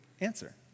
answer